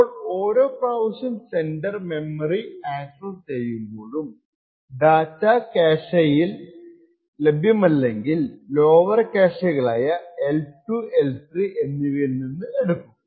അപ്പോൾ ഓരോ പ്രാവശ്യം സെൻഡർ മെമ്മറി അക്സസ്സ് ചെയ്യുമ്പോഴും ഡാറ്റാ ക്യാഷെയിൽ ലഭ്യമല്ലെങ്കിൽ ലോവർ ക്യാഷെകളായ L2 L3 എന്നിവയിൽ നിന്ന് എടുക്കപ്പെടും